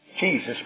Jesus